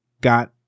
got